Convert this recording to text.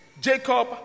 Jacob